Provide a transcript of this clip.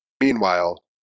Meanwhile